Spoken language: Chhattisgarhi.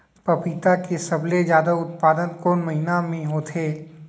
पपीता के सबले जादा उत्पादन कोन महीना में होथे?